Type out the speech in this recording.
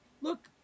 Look